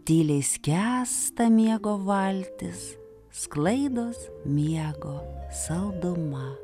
tyliai skęsta miego valtis sklaidos miego salduma